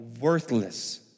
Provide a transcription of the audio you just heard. worthless